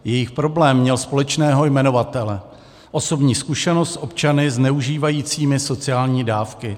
Jejich problém měl společného jmenovatele: osobní zkušenost s občany zneužívajícími sociální dávky.